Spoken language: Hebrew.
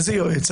איזה יועץ?